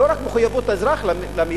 לא רק מחויבות של האזרח למדינתו.